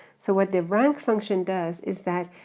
so what the rank function does is that,